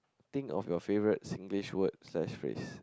think of your favourite Singlish word slash phrase